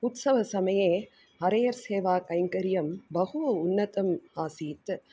उत्सवसमये हरेयर् सेवाकैङ्कर्यं बहु उन्नतम् आसीत्